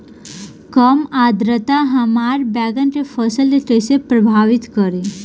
कम आद्रता हमार बैगन के फसल के कइसे प्रभावित करी?